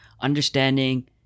understanding